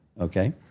okay